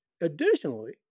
Additionally